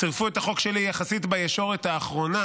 צירפו את החוק שלי יחסית בישורת האחרונה,